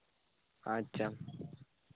ᱟᱪᱪᱷᱟ